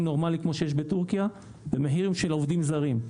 נורמלי כמו שיש בטורקיה ומחיר של עובדים זרים.